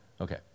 Okay